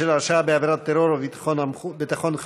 בשל הרשעה בעבירת טרור או ביטחון חמורה),